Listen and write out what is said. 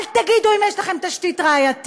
אל תגידו אם יש לכם תשתית ראייתית.